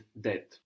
debt